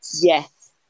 Yes